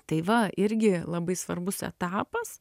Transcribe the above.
tai va irgi labai svarbus etapas